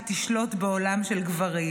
אמרו עליה שהיא תשלוט בעולם של גברים,